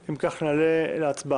אם כך, נעלה להצבעה.